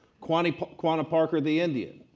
quanah quanah parker the indian,